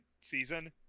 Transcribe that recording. season